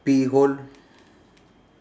pea hole